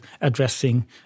addressing